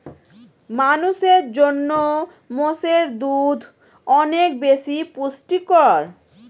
মানুষের জন্য মোষের দুধ অনেক বেশি পুষ্টিকর